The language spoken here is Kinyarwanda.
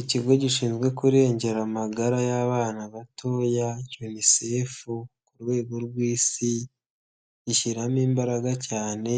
Ikigo gishinzwe kurengera amagara y'abana batoya yunisefo ku rwego rw'isi, gishyiramo imbaraga cyane